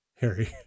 Harry